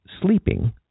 sleeping